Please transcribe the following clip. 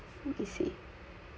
let me see